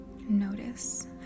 Notice